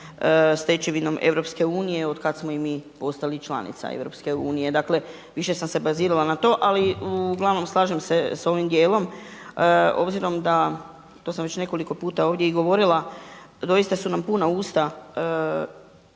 stečevinom EU od kad smo i mi postali članica EU. Dakle, više sam se bazirala na to. Ali uglavnom slažem se sa ovim dijelom obzirom da, to sam već nekoliko puta ovdje i govorila, doista su nam puna usta